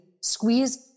Squeeze